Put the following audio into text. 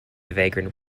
vagrant